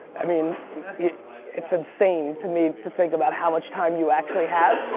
i mean yeah it's insane to me to think about how much time you actually have.